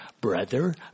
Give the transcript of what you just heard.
brother